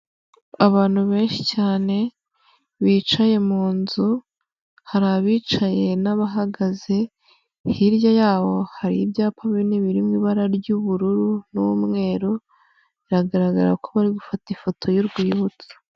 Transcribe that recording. Abantu benshi cyane bicaye mu nzu hari abicaye n'abahagaze, hirya yaho hari ibyapa binini biri mu ibara ry'ubururu n'umweru, biragaragara ko bari gufata ifoto y'urwibutso.